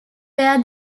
where